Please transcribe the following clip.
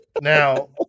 Now